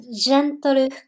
gentle